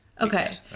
Okay